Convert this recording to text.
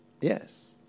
Yes